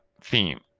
theme